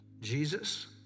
Jesus